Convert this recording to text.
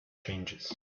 changes